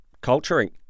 culturing